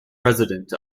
resident